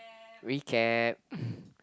recap